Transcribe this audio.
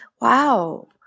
wow